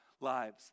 lives